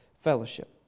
fellowship